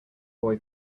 boy